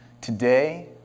Today